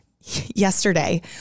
Yesterday